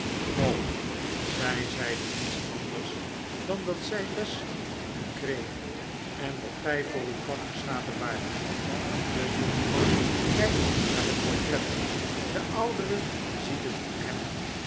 och zg zeide niets anders dan dat zy les van u kreeg en dat gy voor uw vak geschapen waart i e jonkman kijkt naar het portret de oudere ziet het in hem